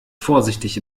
vorsichtig